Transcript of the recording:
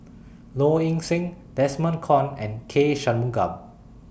Low Ing Sing Desmond Kon and K Shanmugam